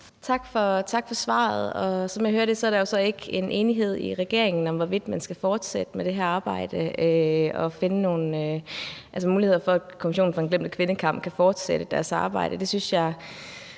Tak for svaret. Som jeg hører det, er der jo så ikke en enighed i regeringen om, hvorvidt man skal fortsætte med det her arbejde og finde nogle muligheder for, at Kommissionen for den glemte kvindekamp kan fortsætte sit arbejde. Jeg synes